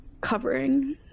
covering